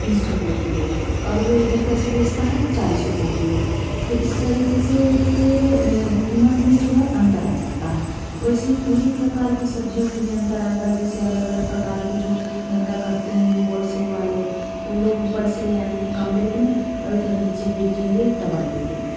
बीस रुपए किलो और वह इधर कैसे बेचता है चालीस रुपए किलो तो इस तरीके से उसके कीमत में जो है अंतर आ जाता है वैसे ही पूरी प्रकार की सब्ज़ियों में भी अंतर आएगा जैसे अलग अलग प्रकार के जो धंधा करते हैं होलसेल वाले वह लोग ऊपर से ले आएंगे कम रेट में और इधर नीचे बेचेंगे डबल रेट में